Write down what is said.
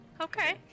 Okay